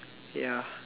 ya